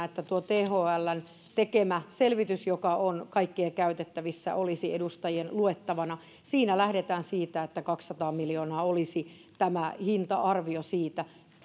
että tuo thln tekemä selvitys joka on kaikkien käytettävissä olisi edustajien luettavana siinä lähdetään siitä että kaksisataa miljoonaa olisi hinta arvio siitä